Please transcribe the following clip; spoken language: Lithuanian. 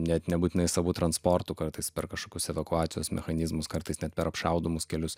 net nebūtinai savu transportu kartais per kažkokius evakuacijos mechanizmus kartais net per apšaudomus kelius